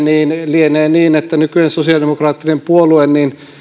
lienee niin että nykyinen sosiaalidemokraattinen puolue